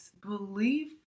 belief